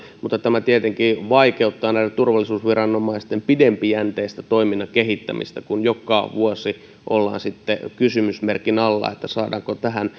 mutta tämä tietenkin vaikeuttaa näiden turvallisuusviranomaisten pidempijänteistä toiminnan kehittämistä kun joka vuosi ollaan sitten kysymysmerkin alla sikäli saadaanko tähän